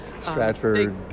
Stratford